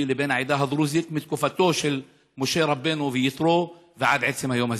לבין העדה הדרוזית מתקופתו של משה רבנו ויתרו ועד עצם היום הזה.